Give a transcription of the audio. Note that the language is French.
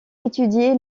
étudié